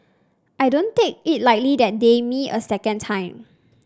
I don't take it lightly that they me a second time